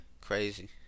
Crazy